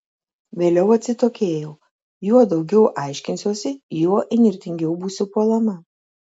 vėliau atsitokėjau juo daugiau aiškinsiuosi juo įnirtingiau būsiu puolama